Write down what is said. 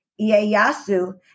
Ieyasu